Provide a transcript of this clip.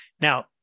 Now